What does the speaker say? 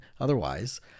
otherwise